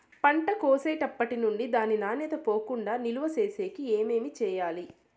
పంట కోసేటప్పటినుండి దాని నాణ్యత పోకుండా నిలువ సేసేకి ఏమేమి చేయాలి?